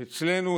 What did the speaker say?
ואצלנו,